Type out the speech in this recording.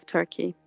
Turkey